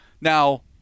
Now